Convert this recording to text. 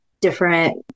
different